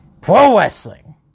Pro-wrestling